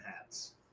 hats